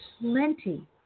plenty